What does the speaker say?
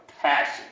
passion